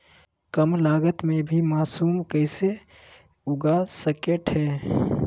कम लगत मे भी मासूम कैसे उगा स्केट है?